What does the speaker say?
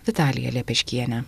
vitalija lepeškiene